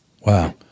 Wow